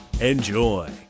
Enjoy